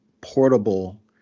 portable